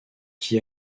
qui